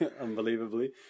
unbelievably